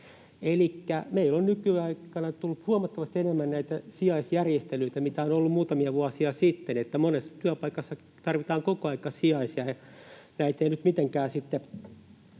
meillä on nykyaikana tullut huomattavasti enemmän näitä sijaisjärjestelyitä kuin on ollut muutamia vuosia sitten. Monessa työpaikassa tarvitaan koko ajan sijaisia, ja näiltä henkilöiltä ei nyt mitenkään